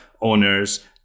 owners